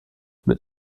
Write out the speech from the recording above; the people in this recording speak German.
mit